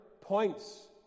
points